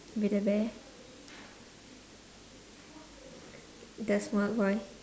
with a bear there's what why